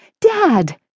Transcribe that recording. Dad